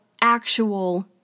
actual